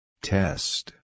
Test